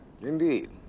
indeed